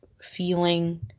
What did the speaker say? feeling